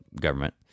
government